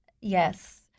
yes